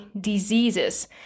diseases